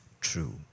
true